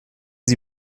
sie